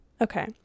Okay